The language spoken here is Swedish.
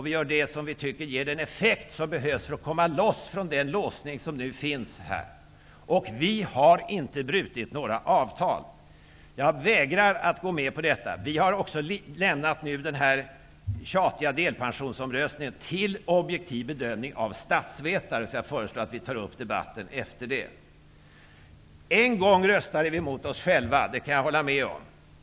Vi gör det som vi anser ger den effekt som behövs för att man skall komma loss från den låsning som nu finns här. Vi har inte brutit några avtal. Det vägrar jag att gå med på. Vi har också lämnat delpensionsomröstningen, som det har tjatats så mycket om, till statsvetare för objektiv bedömning. Jag föreslår att vi tar upp den debatten efter denna bedömning. Jag medger -- och det ångrar jag inte heller -- att vi har röstat mot oss själva en gång.